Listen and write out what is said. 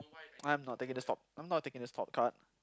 I'm not taking this top I'm not taking this top card